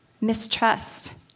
mistrust